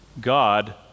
God